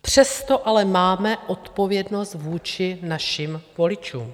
Přesto ale máme odpovědnost vůči našim voličům.